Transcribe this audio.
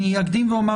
אני אקדים ואומר,